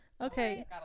Okay